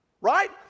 right